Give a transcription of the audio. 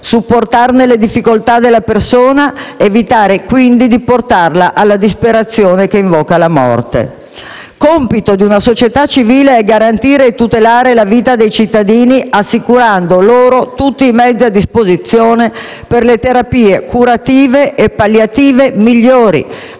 supportare le difficoltà delle persone ed evitare, quindi, di portarle alla disperazione che invoca la morte. Compito di una società civile è garantire e tutelare la vita dei cittadini, assicurando loro tutti i mezzi a disposizione per le terapie curative e palliative migliori,